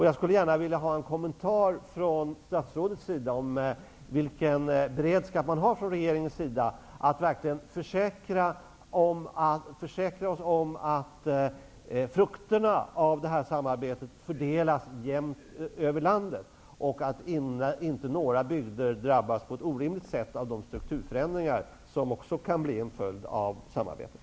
Jag skulle gärna vilja ha en kommentar från statsrådet till min fråga: Vilken beredskap har regeringen för att verkligen försäkra oss om att frukterna av det här samarbetet fördelas jämnt över landet och att icke någon bygd drabbas på ett orimligt sätt av de strukturförändringar som också kan bli en följd av samarbetet?